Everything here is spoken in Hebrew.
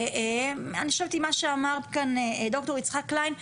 אני חושבת עם מה שאמר כאן ד"ר יצחק קליין,